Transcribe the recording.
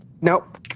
Nope